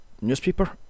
newspaper